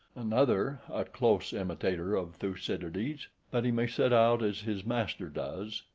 another, a close imitator of thucydides, that he may set out as his master does,